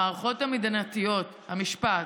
המערכות המדינתיות, המשפט,